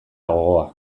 gogoa